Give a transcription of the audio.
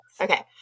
Okay